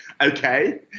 okay